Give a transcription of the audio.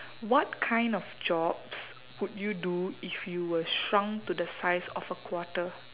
what kind of jobs would you do if you were shrunk to the size of a quarter